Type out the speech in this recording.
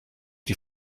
die